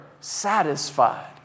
satisfied